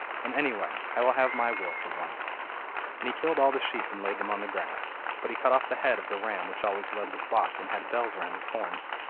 and, anyway, i will have my will for once and he killed all the sheep and laid them on the grass. but he cut off the head of the ram which always led the flock and had bells round its horns.